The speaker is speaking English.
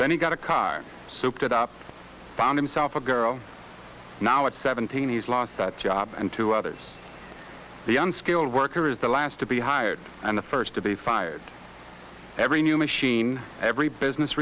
then he got a car souped up found himself a girl now at seventeen he's lost that job and to others the unskilled worker is the last to be hired and the first to be fired every new machine every business